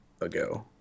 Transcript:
ago